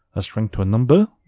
a string to a number,